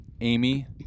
Amy